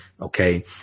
Okay